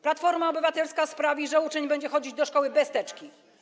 Platforma Obywatelska sprawi, że uczeń będzie chodzić do szkoły bez teczki.